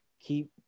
keep